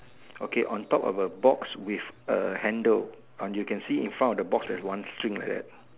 okay on top of a box with a handle and you can see in front of the box there's one string like that